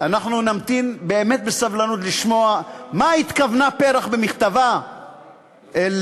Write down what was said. אנחנו נמתין באמת בסבלנות לשמוע למה התכוונה פרח במכתבה לבית-המשפט.